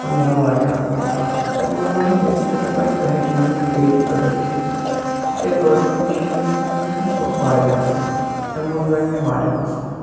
مےٚ آو واریاہ اَصل یہِ پَسَنٛد تمہِ موٗجوب اَگَر مےٚ بیٚیہِ ساتہٕ تہِ باسہِ بہٕ ہیٚکہٕ یِمَن نِش بیٚیہِ تہِ پروڈَکٹ أنِتھ تکیازٕ گۄڈٕنکوے چیٖز یُس مےٚ اوٚن یِمَن نِش سُہ اوس واریاہ اَصل تمہِ موٗجوب آے مےٚ یِم واریاہ پَسَنٛد